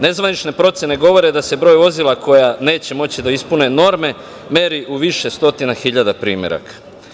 Nezvanične procene govore da se broj vozila koja neće moći da ispune norme meri u više stotina hiljada primeraka.